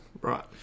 Right